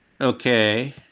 Okay